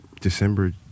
December